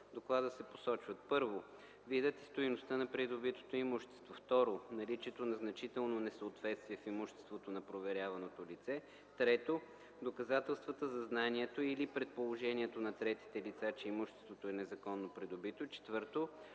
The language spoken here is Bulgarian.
доклада се посочват: